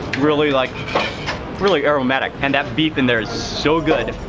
really like really aromatic. and that beef in there is so good,